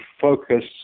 focus